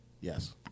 Yes